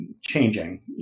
changing